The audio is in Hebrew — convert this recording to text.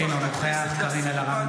אינו נוכח קארין אלהרר,